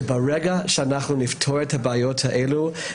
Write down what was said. שברגע שאנחנו נפתור את הבעיות האלה,